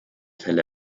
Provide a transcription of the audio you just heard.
fälle